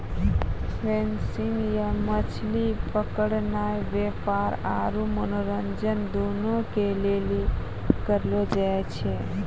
fishing या मछली पकड़नाय व्यापार आरु मनोरंजन दुनू के लेली करलो जाय छै